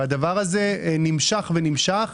הדבר הזה נמשך ונמשך